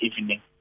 evening